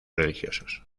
religiosos